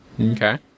Okay